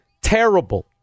terrible